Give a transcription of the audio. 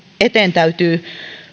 eteen täytyy